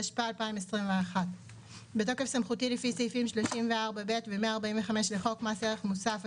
התשפ"א-2021 בתוקף סמכותי לפי סעיפים 34(ב) ו-145 לחוק מס ערך מוסף,